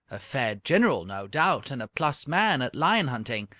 a fair general, no doubt, and a plus-man at lion-hunting.